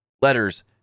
letters